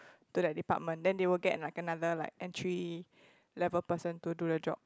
to that department then they will get like another like entry level person to do the job